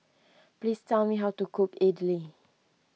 please tell me how to cook Idly